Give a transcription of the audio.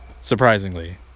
surprisingly